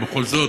ובכל זאת,